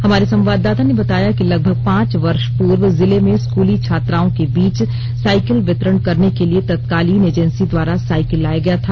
हमारे संवाददाता ने बताया कि लगभग पांच वर्ष पूर्व जिले में स्कली छात्राओं के बीच साईकिल वितरण करने के लिए तत्कालीन एजेंसी द्वारा साईकिल लाया गया था